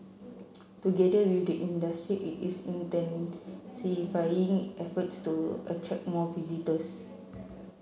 together with the industry it is intensifying efforts to attract more visitors